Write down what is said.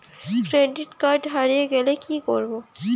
Credit card হারিয়ে গেলে কি করব?